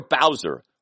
Bowser